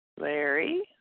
Larry